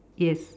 yes